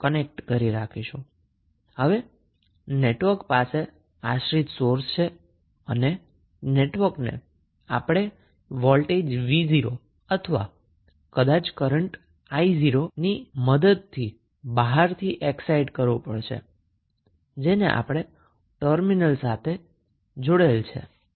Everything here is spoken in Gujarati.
હવે નેટવર્ક પાસે ડિપેન્ડન્ટ સોર્સ હોવાથી આપણે વોલ્ટેજ 𝑣0 અથવા કદાચ કરન્ટ સોર્સ 𝑖0 ની મદદથી બહારથી નેટવર્કને એકસાઈટ કરવું પડશે જેને ટર્મિનલ સાથે જોડવામા આવશે